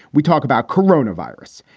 we talk about corona virus.